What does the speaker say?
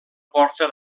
porta